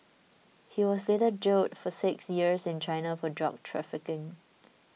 he was later jailed for six years in China for drug trafficking